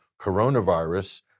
coronavirus